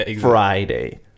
friday